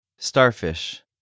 Starfish